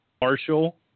Marshall